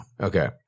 Okay